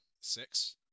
six